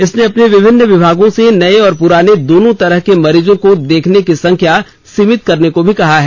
इसने अपने विभिन्न विभागों से नये और पुराने दोनों तरह के मरीजों को देखने की संख्या सीमित करने को भी कहा है